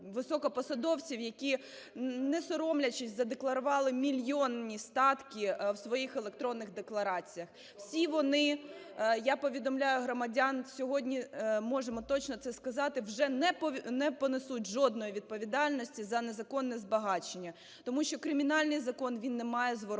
які, не соромлячись, задекларували мільйонні статки в своїх електронних деклараціях. Всі вони, я повідомляю громадян, сьогодні можемо точно це сказати, вже не понесуть жодної відповідальності за незаконне збагачення, тому що кримінальний закон, він не має зворотної